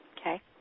Okay